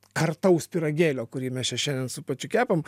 kartaus pyragėlio kurį mes čia šiandien su pačiu kepam